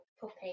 puppy